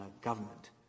government